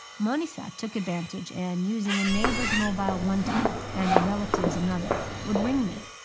manisha took advantage and, using a neighbor's mobile one time and a relative's another, would ring me.